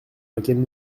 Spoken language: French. laquelle